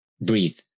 breathe